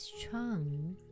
strong